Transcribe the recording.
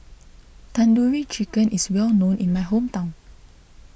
Tandoori Chicken is well known in my hometown